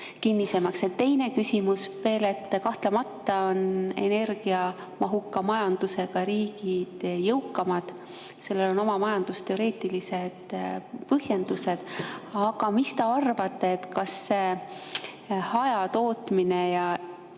kinnisemaks? Ja teine küsimus veel. Kahtlemata on energiamahuka majandusega riigid jõukamad, sellele on majandusteoreetilised põhjendused. Aga mis te arvate, kas hajatootmine ja